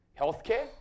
healthcare